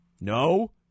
No